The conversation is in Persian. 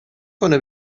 کنه